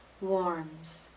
warms